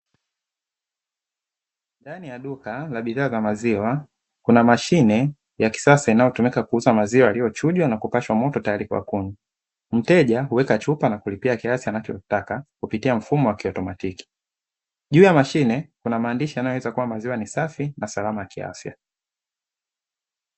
Ndani ya duka la bidhaa za maziwa, kuna mashine ya kisasa inayotumika kuuza maziwa yaliyochujwa na kupashwa moto tayari kwa kunywa. Mteja hueka chupa na kulipia kiasi anachotaka, kupitia mfumo wa kiautomatiki. Juu ya mashine kuna maandishi yanayoeleza kua maziwa ni safi na salama kiafya.